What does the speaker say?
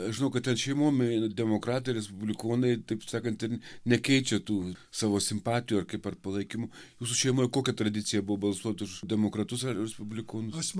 žinau kad ten šeimom demokratai respublikonai taip sakant ten nekeičia tų savo simpatijų ar kaip ar palaikymo jūsų šeimoje kokia tradicija buvo balsuot už demokratus ar respublikonus